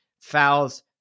Fouls